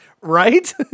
right